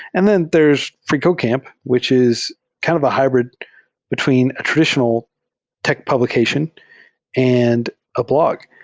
and then there is freecodecamp, which is kind of a hybrid between a traditional tech publication and a blog,